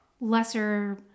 lesser